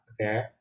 Okay